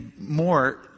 more